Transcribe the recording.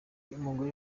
umugore